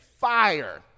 fire